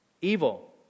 Evil